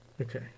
Okay